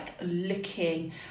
looking